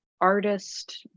artist